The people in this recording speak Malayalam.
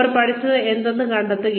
അവർ പഠിച്ചത് എന്തെന്ന് കണ്ടെത്തുക